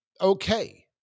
okay